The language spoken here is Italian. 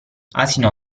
asino